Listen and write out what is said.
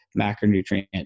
macronutrient